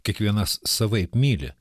kiekvienas savaip myli